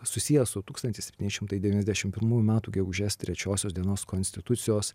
susiję su tūkstantis septyni šimtai devyniasdešimt pirmųjų metų gegužės trečiosios dienos konstitucijos